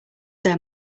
there